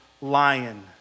lion